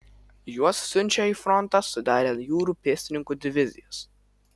juos siunčia į frontą sudarę jūrų pėstininkų divizijas